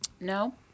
No